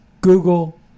Google